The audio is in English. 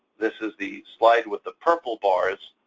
this is the slide with the purple bars,